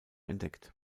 entdeckt